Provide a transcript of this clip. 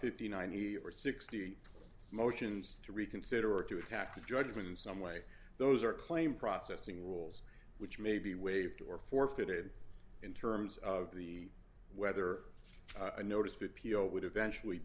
fifty nine you are sixty motions to reconsider or to attack the judgment in some way those are claim processing rules which may be waived or forfeited in terms of the whether i noticed that peel would eventually